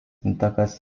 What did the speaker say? intakas